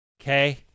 Okay